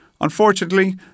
Unfortunately